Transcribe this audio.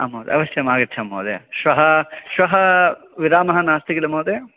आं महोदय अवश्यम् आगच्छमि महोदय श्वः श्वः विरामः नास्ति किल महोदय